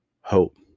hope